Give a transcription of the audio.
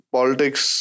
Politics